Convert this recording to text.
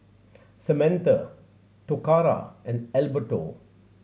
Samantha Toccara and Alberto